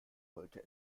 wollte